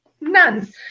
none